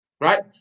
right